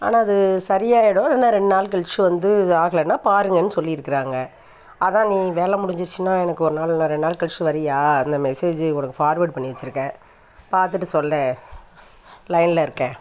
ஆனால் அது சரியாகிடும் இல்லைனா ரெண்டு நாள் கழிச்சு வந்து ஆகலைன்னா பாருங்கன்னு சொல்லிருக்கறாங்கள் அதுதான் நீ வேலை முடிஞ்சிடுச்சின்னால் எனக்கு ஒரு நாள் இல்லை ரெண்டு நாள் கழிச்சு வரியா அந்த மெசேஜி உனக்கு ஃபார்வேர்டு பண்ணி வச்சிருக்கேன் பார்த்துட்டு சொல்லு லைன்ல இருக்கேன்